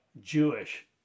Jewish